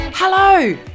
Hello